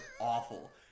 awful